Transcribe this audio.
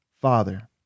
Father